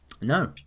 No